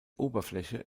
oberfläche